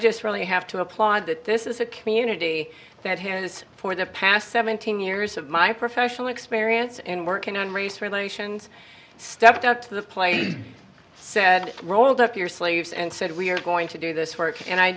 just really have to applaud that this is a community that has for the past seventeen years of my professional experience in working on race relations stepped up to the plate said rolled up your sleeves and said we are going to do this work and i